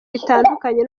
bitandukanye